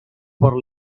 por